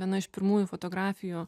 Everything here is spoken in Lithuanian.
viena iš pirmųjų fotografijų